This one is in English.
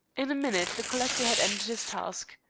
in a minute the collector had ended his task.